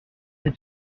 cet